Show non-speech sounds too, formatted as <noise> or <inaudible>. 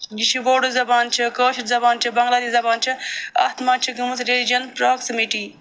یُس یہِ بوڈو زبان چھِ کٲشٕر زبان چھٕ بنٛگلادیش زبان چھِ اتھ منٛز چھِ گٔمٕژ <unintelligible> پراکزِمِٹی